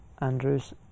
Andrews